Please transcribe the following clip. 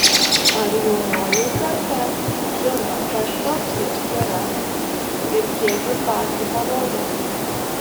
ar jaunoji karta žino kas toks jis yra ir kiek jis babkių pavogęs